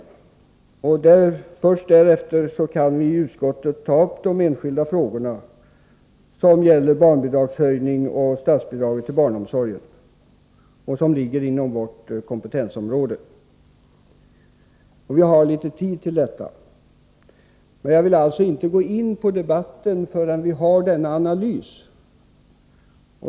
Först då analysen gjorts kan vi i utskottet ta upp de enskilda frågor som gäller barnbidragshöjning och statsbidrag till barnomsorgen och som ligger inom vårt kompetensområde. Vi behöver litet tid till detta. Jag vill inte gå in på debatten om förslagen förrän vi har denna analys.